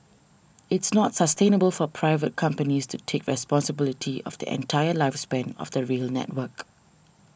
it's not sustainable for private companies to take responsibility of the entire lifespan of the rail network